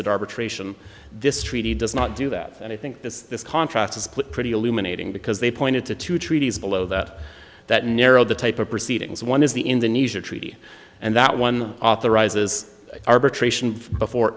that arbitration this treaty does not do that and i think this this contract is put pretty illuminating because they pointed to two treaties below that that narrow the type of proceedings one is the in the news or treaty and that one authorizes arbitration before